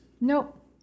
Nope